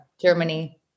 Germany